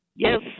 Yes